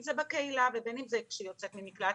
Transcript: זה בקבילה ובין אם זה כשהיא יוצאת ממקלט,